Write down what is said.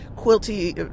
Quilty